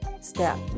step